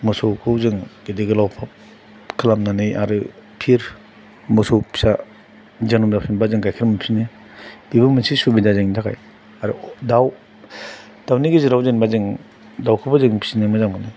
मोसौखौ जोङो गेदेर गोलाव खालामनानै आरो फिन मोसौ फिसा जोनोम जाफिनबा जों गाइखेर मोनफिनो बेबो मोनसे सुबिदा जोंनि थाखाय आरो दाउ दाउनि गेजेराव जेनेबा जों दाउखौबो जों फिसिनो मोजां मोनो